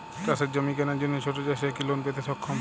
চাষের জমি কেনার জন্য ছোট চাষীরা কি লোন পেতে সক্ষম?